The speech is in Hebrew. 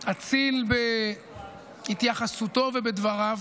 אציל בהתייחסותו ובדבריו.